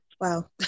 wow